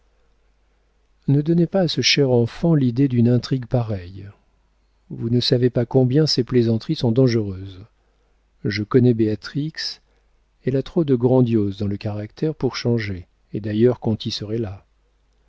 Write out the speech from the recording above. ne donnez pas à ce cher enfant l'idée d'une intrigue pareille vous ne savez pas combien ces plaisanteries sont dangereuses je connais béatrix elle a trop de grandiose dans le caractère pour changer et d'ailleurs conti serait là